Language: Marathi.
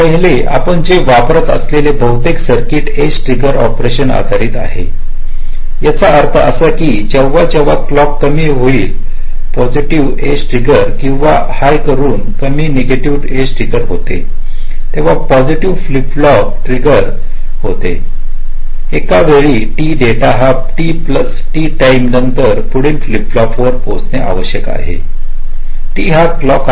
पहिली आपण जी वापरत असलेले बहुतेक सर्किट एज ट्रिगर ऑपेरेशन आधारित आहे याचा अर्थ असा की जेव्हा जेव्हा क्लॉककमी करून हाय पॉसिटीव्ह एज ट्रिगर किंवा हाय करून कमी निगेटिव्ह एज ट्रिगर होते तेव्हा पॉसिटीव्ह फ्लिप फ्लॉप ट्रिगर होते एका वेळी t डेटा हा t प्लस T टाईम नंतर पुढील फ्लिप फ्लॉपवर पोहोचणे आवश्यक आहे t हा क्लॉक आहे